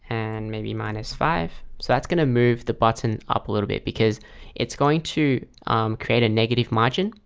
and maybe minus five so that's going to move the button up a little bit because it's going to create a negative margin.